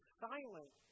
silent